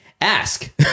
ask